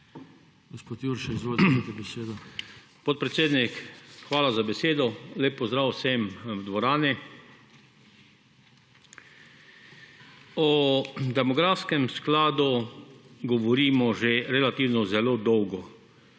**FRANC JURŠA (PS DeSUS):** Podpredsednik, hvala za besedo. Lep pozdrav vsem v dvorani! O demografskem skladu govorimo že relativno zelo dolgo.